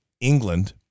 England